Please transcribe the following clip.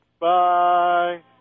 Bye